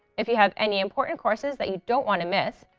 if you have any important courses that you don't want to miss,